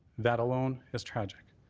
that alone is tragic.